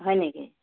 হয় নেকি